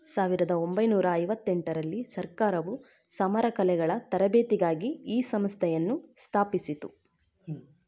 ಸಾವಿರದ ಒಂಬೈನೂರ ಐವತ್ತೆಂಟರಲ್ಲಿ ಸರ್ಕಾರವು ಸಮರ ಕಲೆಗಳ ತರಬೇತಿಗಾಗಿ ಈ ಸಂಸ್ಥೆಯನ್ನು ಸ್ಥಾಪಿಸಿತು